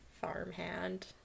farmhand